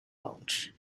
lunch